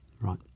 Right